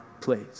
place